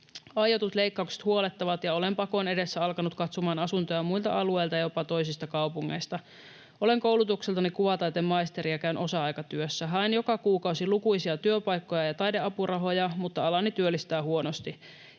Aiotut leikkaukset huolettavat, ja olen pakon edessä alkanut katsomaan asuntoja muilta alueilta, jopa toisista kaupungeista. Olen koulutukseltani kuvataiteen maisteri ja käyn osa-aikatyössä. Haen joka kuukausi lukuisia työpaikkoja ja taideapurahoja, mutta alani työllistää huonosti.